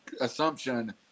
assumption